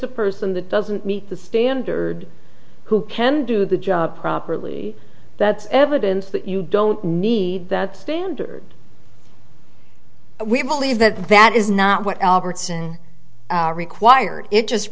a person that doesn't meet the standard who can do the job properly that's evidence that you don't need that standard we believe that that is not what albertson required it just